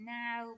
now